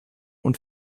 und